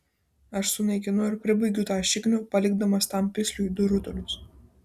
aš sunaikinu ir pribaigiu tą šiknių palikdamas tam pisliui du rutulius